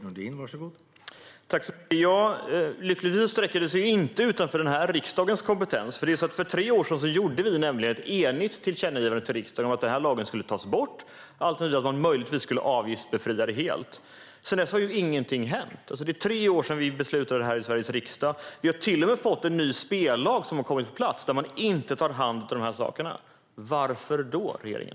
Herr talman! Lyckligtvis sträcker sig lagstiftning inte utanför riksdagens kompetens. För tre år sedan gjorde riksdagen ett enigt tillkännagivande till regeringen om att lagen skulle tas bort, alternativt att automatspel helt skulle avgiftbefrias. Sedan dess har ingenting hänt. Det är tre år sedan beslutet fattades i Sveriges riksdag. Till och med en ny spellag har kommit på plats, men de frågorna tas inte om hand. Varför, regeringen?